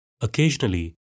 Occasionally